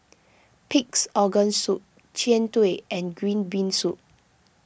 Pig's Organ Soup Jian Dui and Green Bean Soup